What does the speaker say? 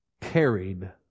carried